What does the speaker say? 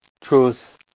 truth